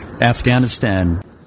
Afghanistan